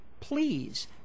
Please